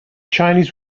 chinese